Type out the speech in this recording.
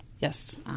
Yes